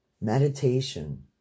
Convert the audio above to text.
meditation